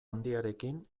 handiarekin